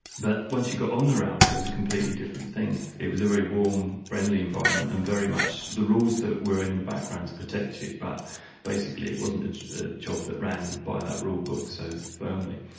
but once you got on the railway it was a completely different thing. it was a very warm, friendly environment, and very much the rules were in the background to protect you, but basically it wasn't a job that ran by that rulebook so firmly.